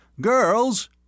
Girls